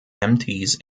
empties